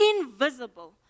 Invisible